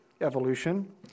evolution